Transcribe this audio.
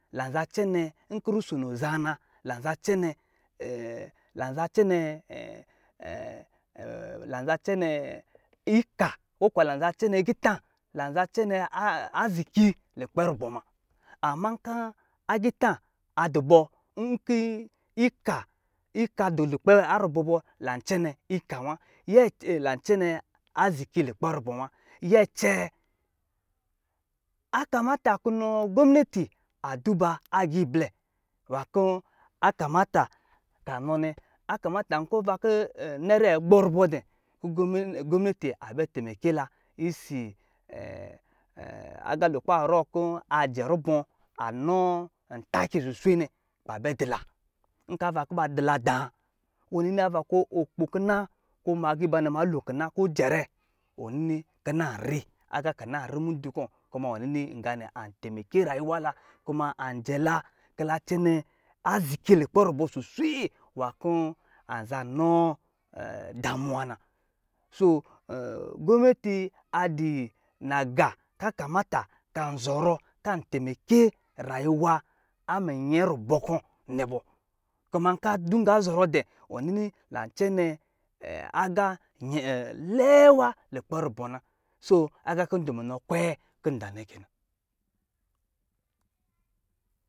Lancɛne, nkɔ̄ rusono za na, lan cɛnɛ lamn za cɛnɛ lan za cɛnɛ ika, ko kuwa lan zan cɛnɛ gitá, lan cɛnɛ a a ziki lukpɛ rubɔ ma. Amma kɔ̄ agitá a dɔ bɔ, nkí ika, ika dɔ lukpɛ a rubɔ bɔ, lan cɛnɛ ika wá, nyɛ cɛ lan cɛnɛ a ziki lukpɛ rubɔ wá. Nyɛ cɛɛ, a kamata kunɔɔ gominati a duba agiiblɛ nwá kɔ̄ a kamata ka nɔ nɛ. A kamata kɔ̄ ava kɔ̄ nɛrɛ gbɔ rubɔ dɛ, kɔ̄ gomina- gominati a bɛ tɛmɛkɛ la isi agalo kuba rɔ kɔ̄ a jɛ rubɔ anɔɔ n taki suswe nɛ, ba bɛ di la. Nkɔ̄ ava kɔ̄ ba di la dá, ɔ nini ava kɔ̄ ɔ gbo kina, kɔ̄ jɛrɛ, ɔ nini kina ri, agá kina ri mudud kɔ̄, kuma ɔ nini inganɛ an tɛmɛkɛ rayuwa la, kuma an jɛ la ki la cɛene a ziki lukpɛ rubɔ suswe nwá kɔ̄ an za nɔ damuwa na. Soo, gominati, a di nagá ka kamata kan zɔrɔ kan tɛmɛke rayuwa a minyɛ rubɔ kɔ̄ nɛ bɔ. Kuma kaa dinga zɔrɔ dɛ, ɔ nini lan cɛnɛ agá lɛɛ wa lukpɛ rubɔ na, soo, ag` kɔ̄ dɔ munɔ kwe kɔ̄ da nɛ kɛ na.